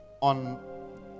on